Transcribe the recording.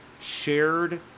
shared